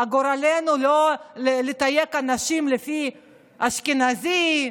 גורלנו לא בלתייג אנשים לפי אשכנזי,